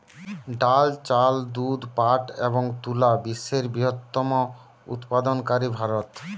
ডাল, চাল, দুধ, পাট এবং তুলা বিশ্বের বৃহত্তম উৎপাদনকারী ভারত